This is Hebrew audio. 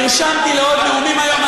נרשמתי לעוד נאומים היום,